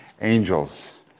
angels